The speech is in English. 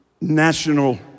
national